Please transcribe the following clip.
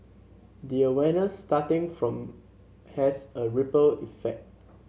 the awareness starting from has a ripple effect